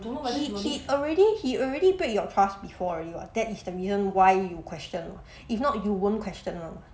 he he already he already break your trust before already [what] that is the reason why you question [what] if not you won't question [one]